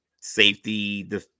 safety